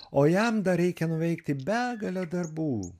o jam dar reikia nuveikti begalę darbų